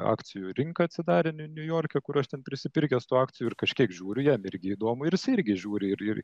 akcijų rinka atsidarė niu niujorke kur aš ten prisipirkęs tų akcijų ir kažkiek žiūriu jam irgi įdomu ir jis irgi žiūri ir ir